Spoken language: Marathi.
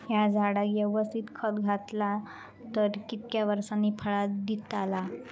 हया झाडाक यवस्तित खत घातला तर कितक्या वरसांनी फळा दीताला?